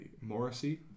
Morrissey